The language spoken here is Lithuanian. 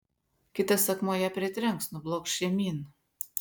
kitas akmuo ją pritrenks nublokš žemyn